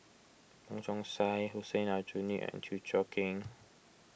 Wong Chong Sai Hussein Aljunied and Chew Choo Keng